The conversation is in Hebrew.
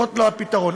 זה לא הפתרון.